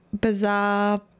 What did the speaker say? bizarre